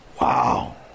Wow